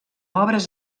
obres